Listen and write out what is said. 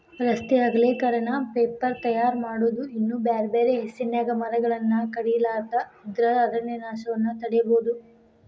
ರಸ್ತೆ ಅಗಲೇಕರಣ, ಪೇಪರ್ ತಯಾರ್ ಮಾಡೋದು ಇನ್ನೂ ಬ್ಯಾರ್ಬ್ಯಾರೇ ಹೆಸರಿನ್ಯಾಗ ಮರಗಳನ್ನ ಕಡಿಲಾರದ ಇದ್ರ ಅರಣ್ಯನಾಶವನ್ನ ತಡೇಬೋದು